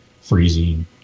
freezing